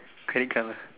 pretty clever